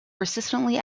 persistently